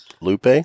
Lupe